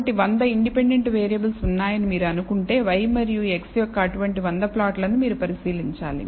కాబట్టి 100 independent variable ఉన్నాయని మీరు అనుకుంటే Y మరియు x యొక్క అటువంటి 100 ప్లాట్లను మీరు పరిశీలించాలి